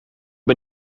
een